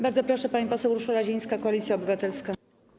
Bardzo proszę, pani poseł Urszula Zielińska, Koalicja Obywatelska.